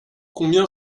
combien